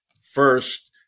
First